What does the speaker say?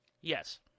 yes